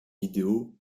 vidéo